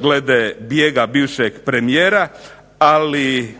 glede bijega bivšeg premijera, ali